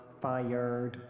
Fired